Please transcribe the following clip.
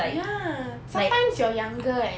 ya sometimes you're younger eh